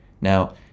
Now